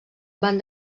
van